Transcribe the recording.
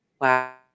Wow